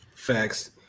Facts